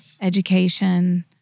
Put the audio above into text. education